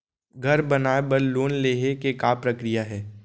घर बनाये बर लोन लेहे के का प्रक्रिया हे?